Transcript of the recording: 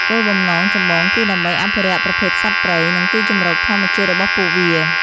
គោលបំណងចម្បងគឺដើម្បី អភិរក្សប្រភេទសត្វព្រៃ និង ទីជម្រកធម្មជាតិ របស់ពួកវា។